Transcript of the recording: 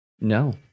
No